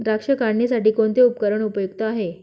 द्राक्ष काढणीसाठी कोणते उपकरण उपयुक्त आहे?